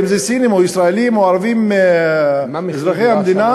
אם זה סינים או ישראלים או ערבים אזרחי המדינה,